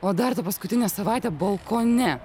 o dar ta paskutinė savaitė balkone